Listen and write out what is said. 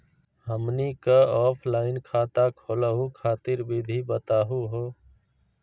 हमनी क ऑफलाइन खाता खोलहु खातिर विधि बताहु हो?